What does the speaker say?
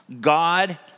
God